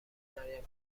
گفتمریم